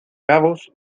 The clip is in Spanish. cabos